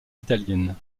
italienne